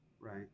right